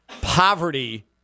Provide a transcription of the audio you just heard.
poverty